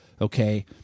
okay